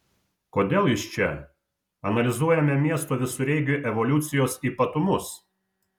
kodėl jis čia analizuojame miesto visureigių evoliucijos ypatumus